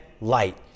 light